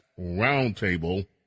Roundtable